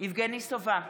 יבגני סובה,